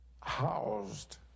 housed